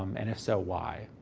um and if so, why?